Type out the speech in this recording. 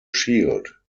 shield